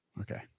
Okay